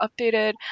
updated